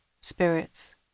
spirits